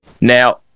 Now